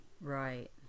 right